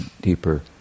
deeper